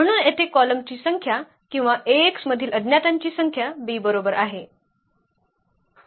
म्हणून येथे कॉलमची संख्या किंवा Ax मधील अज्ञातांची संख्या B बरोबर आहे